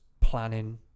planning